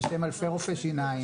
בשם אלפי רופאי שיניים.